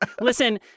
Listen